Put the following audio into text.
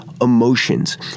emotions